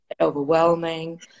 overwhelming